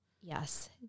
Yes